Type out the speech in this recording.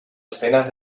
escenas